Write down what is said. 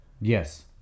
Yes